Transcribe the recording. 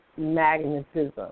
Magnetism